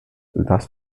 thus